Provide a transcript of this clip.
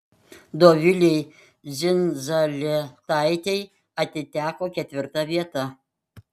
dovilei dzindzaletaitei atiteko ketvirta vieta